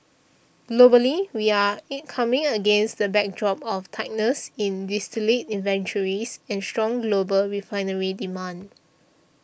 globally we're incoming against the backdrop of tightness in distillate inventories and strong global refinery demand